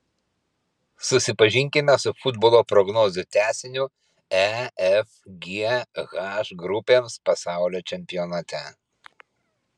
susipažinkime su futbolo prognozių tęsiniu e f g h grupėms pasaulio čempionate